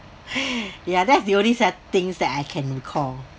yeah that's the only sad things that I can recalled